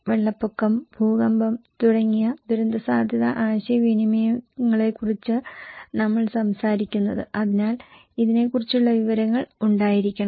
വെള്ളപ്പൊക്കം ഭൂകമ്പം തുടങ്ങിയ ദുരന്തസാധ്യതാ ആശയവിനിമയങ്ങളെക്കുറിച്ചാണ് നമ്മൾ സംസാരിക്കുന്നത് അതിനാൽ ഇതിനെക്കുറിച്ചുള്ള വിവരങ്ങൾ ഉണ്ടായിരിക്കണം